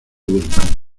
guzmán